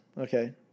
okay